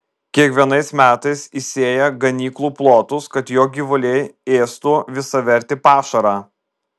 kiekvienais metais įsėja ganyklų plotus kad jo gyvuliai ėstų visavertį pašarą